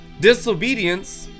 Disobedience